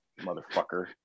Motherfucker